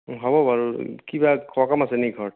হ'ব বাৰু কিবা সকাম আছে নেকি ঘৰত